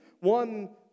one